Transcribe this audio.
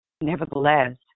Nevertheless